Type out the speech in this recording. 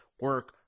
Work